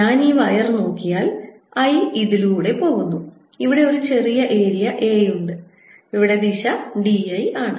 ഞാൻ ഈ വയർ നോക്കിയാൽ I ഇതിലൂടെ പോകുന്നു ഇവിടെ ഒരു ചെറിയ ഏരിയ A ഉണ്ട് ഇവിടെ ദിശ d l ആണ്